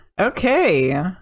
Okay